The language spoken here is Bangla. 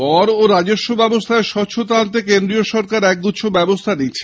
কর ও রাজস্ব ব্যবস্থায় স্বচ্ছতা আনতে কেন্দ্রীয় সরকার একগুচ্ছ ব্যবস্থা নিচ্ছে